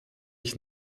ich